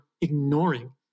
ignoring